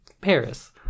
Paris